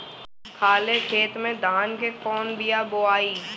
खाले खेत में धान के कौन बीया बोआई?